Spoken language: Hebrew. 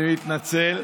אני מתנצל.